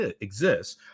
exists